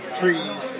trees